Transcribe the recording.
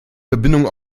verbindung